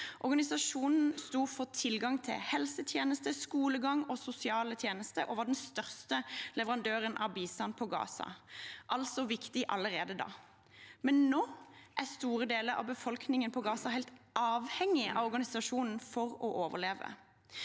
Organisasjonen sto for tilgang til helsetjenester, skolegang og sosiale tjenester og var den største leverandøren av bistand i Gaza. Den var altså viktig allerede da, men nå er store deler av befolkningen i Gaza helt avhengig av organisasjonen for å overleve.